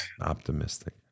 Optimistic